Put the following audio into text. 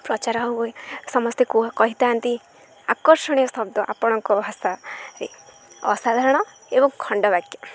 ପ୍ରଚାର ହୁଏ ସମସ୍ତେ କହିଥାନ୍ତି ଆକର୍ଷଣୀୟ ଶବ୍ଦ ଆପଣଙ୍କ ଭାଷାରେ ଅସାଧାରଣ ଏବଂ ଖଣ୍ଡବାକ୍ୟ